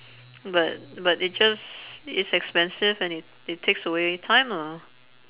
but but it just it's expensive and it it takes away time lah